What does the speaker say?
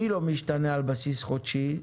מי לא משתנה על בסיס חודשי?